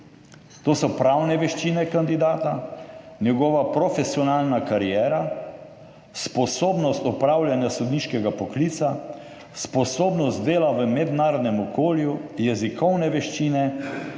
To so pravne veščine kandidata, njegova profesionalna kariera, sposobnost opravljanja sodniškega poklica, sposobnost dela v mednarodnem okolju, jezikovne veščine